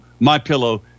MyPillow